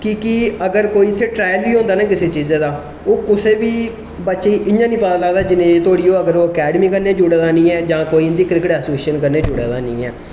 कि अगर कोई इत्थै ट्राइल बी होंदा ना किसै चीजा दा ओह् कुसै बी बच्चे गी इयां नेईं पता लगदा जिन्ने चिरें गी ओह् अगर एकेडमी कन्नै जुड़े दा नेईं ऐ जां कोई इं'दी क्रिकेट ऐसोशेसन कन्नै जुड़े दा नेईं ऐ